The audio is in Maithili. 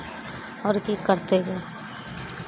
आओर की करतै